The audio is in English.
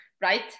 right